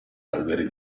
alberi